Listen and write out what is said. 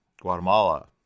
Guatemala